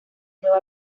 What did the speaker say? nueva